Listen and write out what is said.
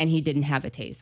and he didn't have a tas